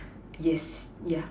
yes yeah